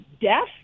death